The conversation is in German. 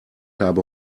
habe